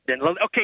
Okay